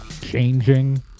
changing